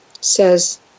says